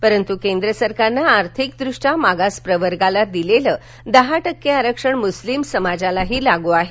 परंतु केंद्र सरकारनं आर्थिकदृष्ट्या मागास प्रवर्गाला दिलेलं दहा टक्के आरक्षण मुस्लीम समाजालाही लागू आहे